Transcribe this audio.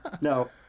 no